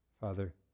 Father